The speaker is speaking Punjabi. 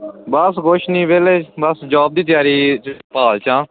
ਬਸ ਕੁਛ ਨਹੀਂ ਵੇਹਲੇ ਬਸ ਜੋਬ ਦੀ ਤਿਆਰੀ ਭਾਲ ਚ ਆ